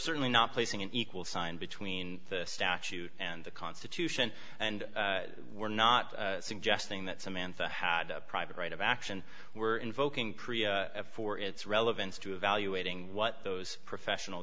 certainly not placing an equal sign between the statute and the constitution and we're not suggesting that samantha had a private right of action were invoking korea for its relevance to evaluating what those professional